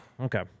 Okay